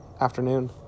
afternoon